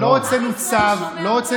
לא הוצאנו צו,